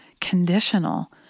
conditional